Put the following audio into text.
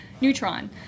neutron